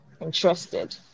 interested